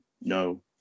no